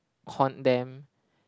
conned them